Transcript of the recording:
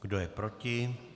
Kdo je proti?